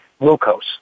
glucose